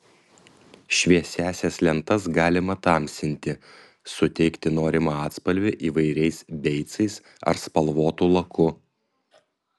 šviesiąsias lentas galima tamsinti suteikti norimą atspalvį įvairiais beicais ar spalvotu laku